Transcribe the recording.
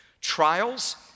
Trials